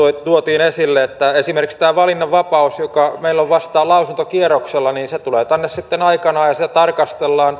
tuotiin esille esimerkiksi tämä valinnanvapaus joka meillä on vasta lausuntokierroksella tulee tänne sitten aikanaan ja sitä tarkastellaan